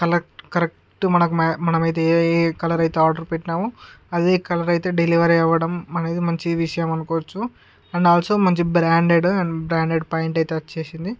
collect correct మనం మనమేదైతే ఏ కలరైతే ఆర్డరు పెట్టినామో అదే కలర్ అయితే డెలివరీ అవ్వడం మనది మంచి విషయం అనుకోవచ్చు అండ్ ఆల్సో మంచి బ్రాండెడ్ అండ్ బ్రాండెడ్ ప్యాంట్ అయితే వచ్చేసింది